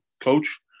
coach